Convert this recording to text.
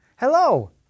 Hello